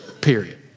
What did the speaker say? period